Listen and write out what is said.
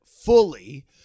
fully